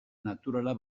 naturala